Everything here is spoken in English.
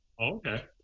Okay